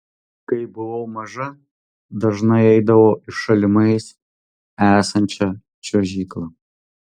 kai buvau maža dažnai eidavau į šalimais esančią čiuožyklą